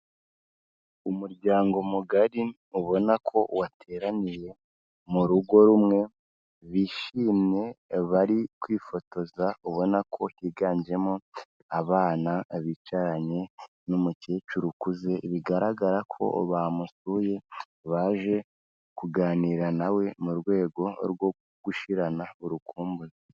Umuryango mugari ubona ko wateraniye mu rugo rumwe, bishimye bari kwifotoza ubona ko higanjemo abana abicaranye n'umukecuru ukuze bigaragara ko bamusuye baje kuganira nawe mu rwego rwo gushirana urukumbuzi.